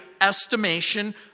estimation